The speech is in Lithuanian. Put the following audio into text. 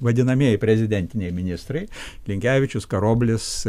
vadinamieji prezidentiniai ministrai linkevičius karoblis